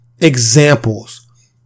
Examples